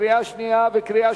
קריאה שנייה ושלישית.